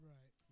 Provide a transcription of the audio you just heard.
Right